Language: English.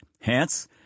Hence